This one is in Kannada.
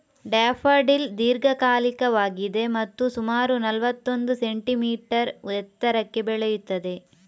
ಡ್ಯಾಫಡಿಲ್ ದೀರ್ಘಕಾಲಿಕವಾಗಿದೆ ಮತ್ತು ಸುಮಾರು ನಲ್ವತ್ತೊಂದು ಸೆಂಟಿಮೀಟರ್ ಎತ್ತರಕ್ಕೆ ಬೆಳೆಯುತ್ತದೆ